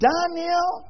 Daniel